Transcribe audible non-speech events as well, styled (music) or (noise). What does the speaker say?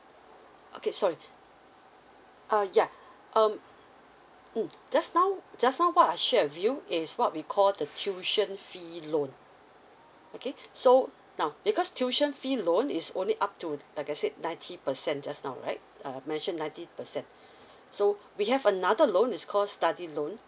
okay sorry (breath) uh yeah (breath) um mm just now just now what I share with you is what we call the tuition fee loan okay (breath) so now because tuition fee loan is only up to like I said ninety percent just now right uh mentioned ninety percent (breath) so we have another loan it's called study loan